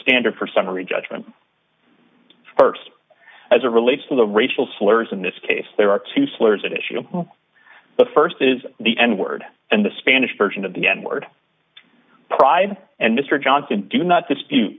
standard for summary judgment st as a relates to the racial slurs in this case there are two slurs at issue the st is the n word and the spanish version of the n word pride and mr johnson do not dispute